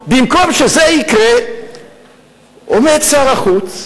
של הסוגיה הזאת ותרומתה לשקופים לבין כל סוגיה אחרת.